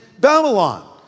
Babylon